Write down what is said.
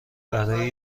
برای